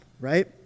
right